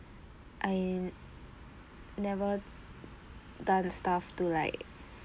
I never done stuff to like